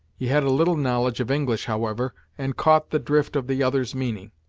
he had a little knowledge of english, however, and caught the drift of the other's meaning.